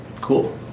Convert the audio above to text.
cool